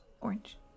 Orange